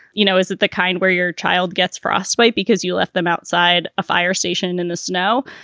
you know, is that the kind where your child gets frostbite because you left them outside a fire station in the snow?